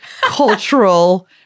cultural